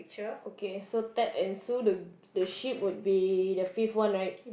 okay so Ted and Sue the the sheep would be the fifth one right